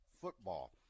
football